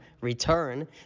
return